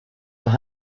were